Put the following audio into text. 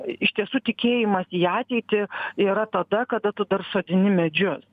iš tiesų tikėjimas į ateitį yra tada kada tu dar sodini medžius